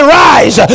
rise